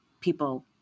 people